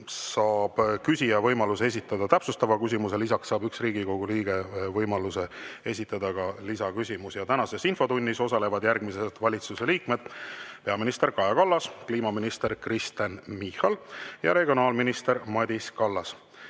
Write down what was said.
saab küsija võimaluse esitada täpsustava küsimuse, lisaks saab üks Riigikogu liige võimaluse esitada ka lisaküsimuse. Tänases infotunnis osalevad järgmised valitsuse liikmed: peaminister Kaja Kallas, kliimaminister Kristen Michal ja regionaalminister Madis Kallas.